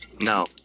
No